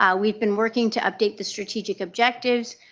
ah we been working to update the strategic objectives,